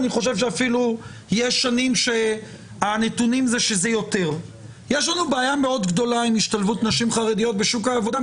אני חושב שבשנים מסוימות הנתונים אפילו מכריעים לטובת הנשים החרדיות.